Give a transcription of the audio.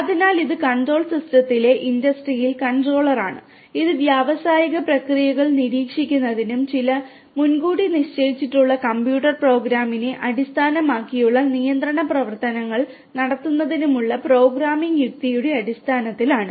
അതിനാൽ ഇത് കൺട്രോൾ സിസ്റ്റത്തിലെ ഇൻഡസ്ട്രിയൽ കൺട്രോളറാണ് ഇത് വ്യാവസായിക പ്രക്രിയകൾ നിരീക്ഷിക്കുന്നതിനും ചില മുൻകൂട്ടി നിശ്ചയിച്ചിട്ടുള്ള കമ്പ്യൂട്ടർ പ്രോഗ്രാമിനെ അടിസ്ഥാനമാക്കിയുള്ള നിയന്ത്രണ പ്രവർത്തനങ്ങൾ നടത്തുന്നതിനുമുള്ള പ്രോഗ്രാമിംഗ് യുക്തിയുടെ അടിസ്ഥാനത്തിലാണ്